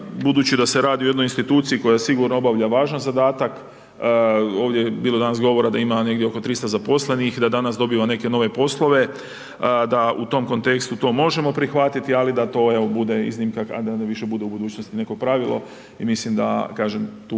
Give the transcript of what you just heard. budući da se radi o jednoj instituciji koja sigurno obavlja važan zadatak, ovdje je bilo danas govora da ima negdje oko 300 zaposlenih i da danas dobiva neke nove poslove. Da u tom kontekstu, to možemo prihvatiti, ali da to evo, bude iznimka, kada više bude u budućnosti neko pravilo i mislim da kaže, tu